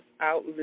out